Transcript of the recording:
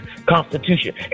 Constitution